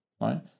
right